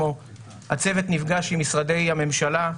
הצוות נפגש עם משרדי הממשלה,